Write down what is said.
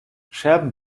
scherben